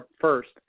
First